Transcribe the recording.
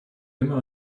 immer